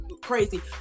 Crazy